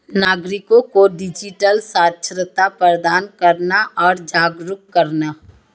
नागरिको को डिजिटल साक्षरता प्रदान करना और जागरूक करना